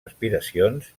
aspiracions